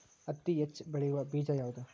ಹತ್ತಿ ಹೆಚ್ಚ ಬೆಳೆಯುವ ಬೇಜ ಯಾವುದು?